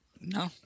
No